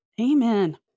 Amen